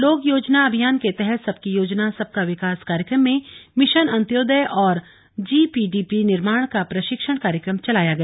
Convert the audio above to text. लोक योजना अभियान के तहत सबकी योजना सबका विकास कार्यक्रम में मिशन अंत्योदय और जीपीडीपी निर्माण का प्रशिक्षण कार्यक्रम चलाया गया